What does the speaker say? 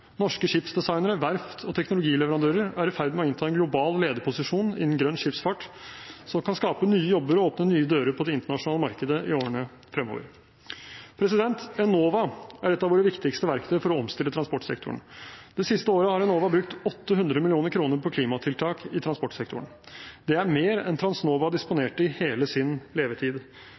Norske skipsdesignere, verft og teknologileverandører er i ferd med å innta en global lederposisjon innen grønn skipsfart som kan skape nye jobber og åpne nye dører på det internasjonale markedet i årene fremover. Enova er et av våre viktigste verktøy for å omstille transportsektoren. Det siste året har Enova brukt 800 mill. kr på klimatiltak i transportsektoren. Det er mer enn Transnova disponerte i hele sin levetid.